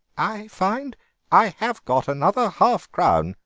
i find i have got another half-crown,